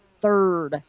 Third